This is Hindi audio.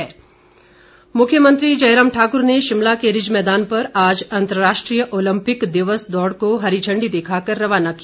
ऑलम्पिक दौड़ मुख्यमंत्री जयराम ठाक्र ने शिमला के रिज मैदान पर आज अंतर्राष्ट्रीय ऑलम्पिक दिवस दौड़ को हरी झंडी दिखाकर रवाना किया